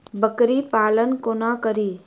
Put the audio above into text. बकरी पालन कोना करि?